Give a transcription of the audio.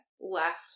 left